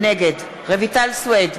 נגד רויטל סויד,